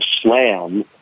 SLAM